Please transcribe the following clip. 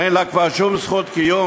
אין לה כבר שום זכות קיום,